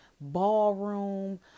ballroom